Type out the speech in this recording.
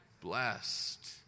Blessed